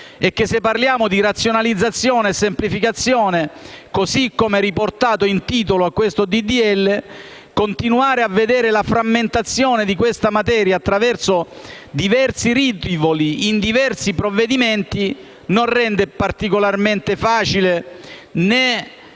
però, se parliamo di razionalizzazione e semplificazione, come riportato in titolo a questo disegno di legge, continuare a vedere la frammentazione di questa materia in diversi rivoli e provvedimenti non rende particolarmente facile, né